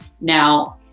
Now